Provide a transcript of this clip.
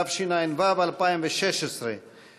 התשע"ו 2016,